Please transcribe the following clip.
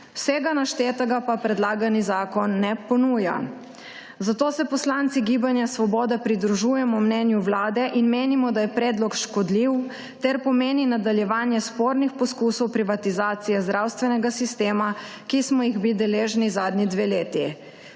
Vsega naštetega pa predlagani zakon ne ponuja. Zato se poslanci Gibanja Svoboda pridružujemo mnenju Vlade in menimo, da je predlog škodljiv ter pomeni nadaljevanje spornih poskusov privatizacije zdravstvenega sistema, ki smo jih bili deležni zadnji dve leti.